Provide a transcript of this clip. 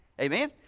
Amen